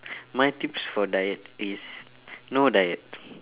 my tips for diet is no diet